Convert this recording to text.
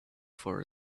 for